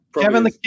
Kevin